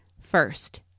first